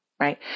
right